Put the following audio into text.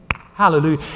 Hallelujah